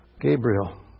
Gabriel